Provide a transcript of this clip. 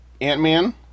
Ant-Man